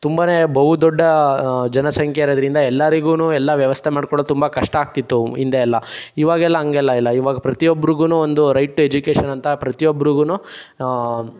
ತುಂಬನೇ ಬಹುದೊಡ್ಡ ಜನಸಂಖ್ಯೆ ಇರೋದರಿಂದ ಎಲ್ಲರಿಗೂ ಎಲ್ಲ ವ್ಯವಸ್ಥೆ ಮಾಡ್ಕೊಡೋದು ತುಂಬ ಕಷ್ಟ ಆಗ್ತಿತ್ತು ಹಿಂದೆ ಎಲ್ಲ ಈವಾಗೆಲ್ಲ ಹಂಗೆಲ್ಲ ಇಲ್ಲ ಈವಾಗ ಪ್ರತಿಯೊಬ್ಬರಿಗೂ ಒಂದು ರೈಟ್ ಟು ಎಜುಕೇಷನಂತ ಪ್ರತಿಯೊಬ್ಬರಿಗೂ